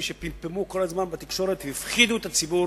שפמפמו כל הזמן בתקשורת והפחידו את הציבור